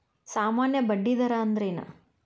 ಸಾಮಾನ್ಯ ಬಡ್ಡಿ ದರ ಅಂದ್ರೇನ?